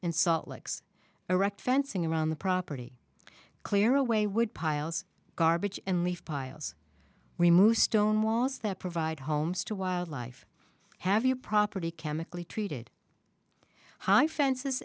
and salt likes erect fencing around the property clear away wood piles of garbage and leave piles removed stone walls that provide homes to wildlife have your property chemically treated high fences